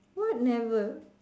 what never